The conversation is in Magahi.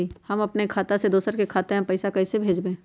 हम अपने खाता से दोसर के खाता में पैसा कइसे भेजबै?